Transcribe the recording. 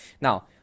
Now